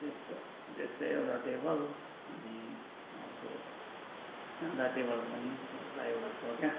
त्यस्तो त्यस्तै एउटा टेबल अनि अर्को सादा टेबल पनि त्यो प्लाइवुडको क्या